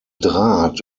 draht